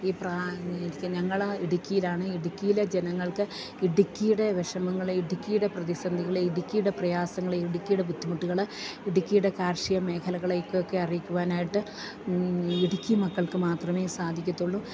ഈ ഞങ്ങൾ ഇടുക്കിയിലാണ് ഇടുക്കീയിലെ ജനങ്ങൾക്ക് ഇടുക്കീടെ വിഷമങ്ങളെ ഇടുക്കീടെ പ്രതിസന്ധികളെ ഇടുക്കീടെ പ്രയാസങ്ങളെ ഇടുക്കീടെ ബുദ്ധിമുട്ടുകൾ ഇടുക്കീടെ കാർഷിക മേഖലകളേക്കൊക്കെ അറിയിക്കുവാനായിട്ട് ഇടുക്കി മക്കൾക്ക് മാത്രമേ സാധിക്കത്തൊള്ളൂ